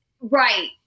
Right